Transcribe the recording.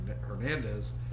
Hernandez